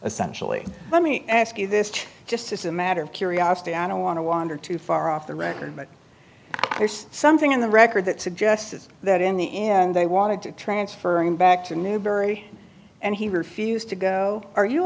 essentially let me ask you this just as a matter of curiosity i don't want to wander too far off the record but there's something in the record that suggests that in the end they wanted to transfer him back to newbury and he refused to go are you